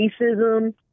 racism